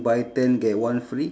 buy ten get one free